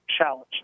challenge